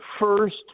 first